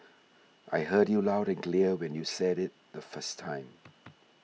I heard you loud and clear when you said it the first time